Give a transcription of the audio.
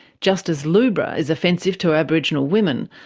just as lubra is offensive to aboriginal women,